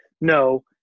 no